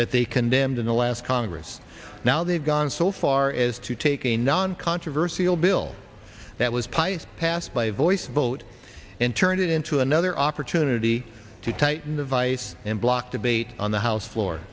that they condemned in the last congress now they've gone so far as to take a non controversial bill that was pious passed by voice vote and turned it into another opportunity to tighten the vice and block debate on the house f